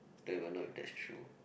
don't even know if that's true